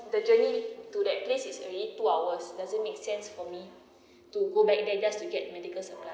the journey to that place is already two hours it doesn't make sense for me to go back there just to get medical supplies